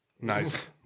Nice